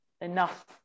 enough